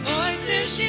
Voices